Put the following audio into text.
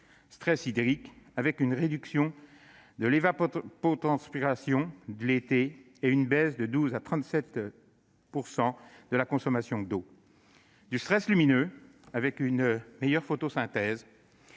stress hydrique, avec une réduction de l'évapotranspiration l'été et une baisse de 12 % à 37 % de la consommation d'eau ; celle du stress lumineux, avec une meilleure photosynthèse